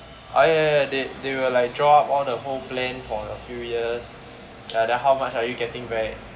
ah ya ya ya ya they they will like draw out all the whole plan for a few years ya then how much are you getting back